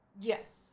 Yes